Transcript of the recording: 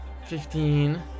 Fifteen